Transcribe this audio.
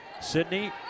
Sydney